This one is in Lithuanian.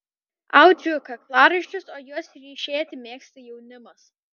audžiu kaklaraiščius o juos ryšėti mėgsta jaunimas